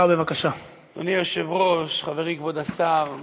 חבר הכנסת אורי מקלב,